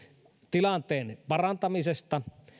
tilanteen parantamisesta